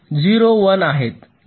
ते ० १ आहेत